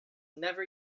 never